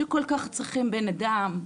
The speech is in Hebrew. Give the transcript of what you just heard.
שכל כך צריכים בנאדם,